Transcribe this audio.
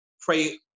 pray